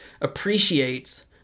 appreciates